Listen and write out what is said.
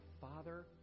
Father